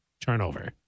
turnover